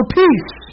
peace